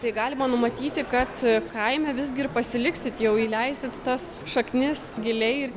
tai galima numatyti kad kaime visgi ir pasiliksit jau įleisit tas šaknis giliai